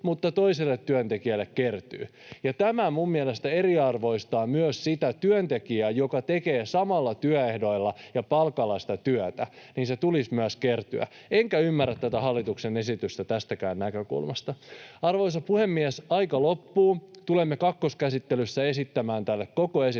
mutta toiselle työntekijälle kertyy. Tämä minun mielestäni eriarvoistaa myös sitä työntekijää, joka tekee samoilla työehdoilla ja palkalla sitä työtä, eli silloin sen tulisi myös kertyä, enkä ymmärrä tätä hallituksen esitystä tästäkään näkökulmasta. Arvoisa puhemies, aika loppuu. Tulemme kakkoskäsittelyssä esittämään tälle koko esitykselle